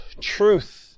truth